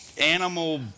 animal